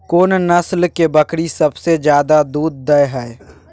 कोन नस्ल के बकरी सबसे ज्यादा दूध दय हय?